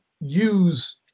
use